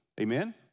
Amen